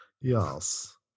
Yes